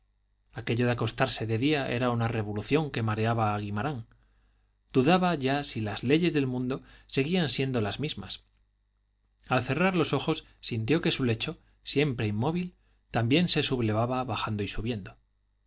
aquello de acostarse de día era una revolución que mareaba a guimarán dudaba ya si las leyes del mundo seguían siendo las mismas al cerrar los ojos sintió que su lecho siempre inmóvil también se sublevaba bajando y subiendo